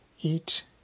Eat